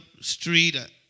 street